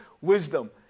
wisdom